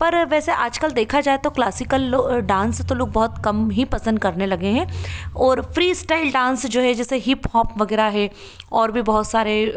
पर वैसे आज कल देखा जाए तो क्लासिकल लो डांस तो लोग बहुत काम ही पसंद करने लगे हैं और फ्रीस्टाइल डांस जो है जैसे हीप हॉप वगैरह है और भी बहुत सारे